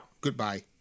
Goodbye